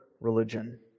religion